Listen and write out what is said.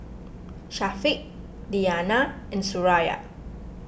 Syafiq Diyana and Suraya